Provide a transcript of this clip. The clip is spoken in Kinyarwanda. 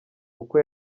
uko